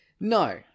No